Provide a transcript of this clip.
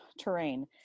terrain